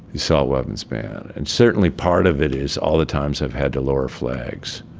assault weapons ban. and certainly, part of it is all the times i've had to lower flags.